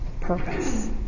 purpose